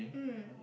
mm